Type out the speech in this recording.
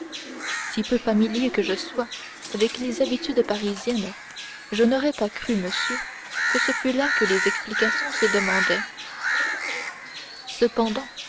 si peu familier que je sois avec les habitudes parisiennes je n'aurais pas cru monsieur que ce fût là que les explications se demandaient cependant